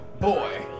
boy